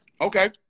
okay